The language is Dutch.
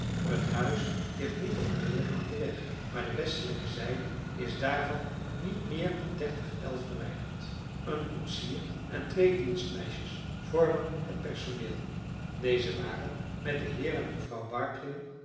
het huis ligt niet onmiddellijk aan den weg maar de westelijke zijde is daarvan niet meer dan dertig el verwijderd een koetsier en twee dienstmeisjes vormen het personeel deze waren met den heer en mevrouw barclay